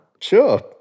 Sure